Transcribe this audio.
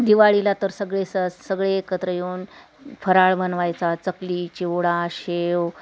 दिवाळीला तर सगळे स सगळे एकत्र येऊन फराळ बनवायचा चकली चिवडा शेव